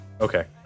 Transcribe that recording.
Okay